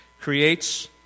Creates